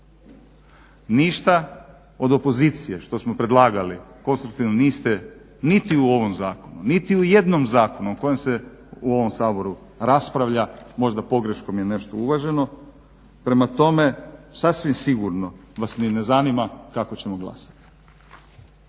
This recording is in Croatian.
ništa od opozicije što smo predlagali konstruktivno niste niti u ovom zakonu, niti u jednom zakonu o kojem se u ovom saboru raspravlja možda pogrješkom je nešto uvaženo. Prema tome sasvim sigurno vas ni ne zanima kako ćemo glasati.